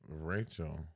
Rachel